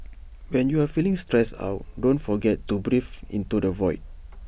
when you are feeling stressed out don't forget to breathe into the void